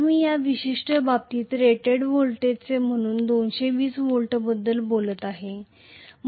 तर मी या विशिष्ट बाबतीत रेटेड व्होल्टेज म्हणून 220 व्होल्ट बद्दल बोलत आहे